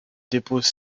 dépôts